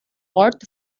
ort